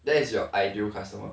that is your ideal customer